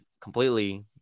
completely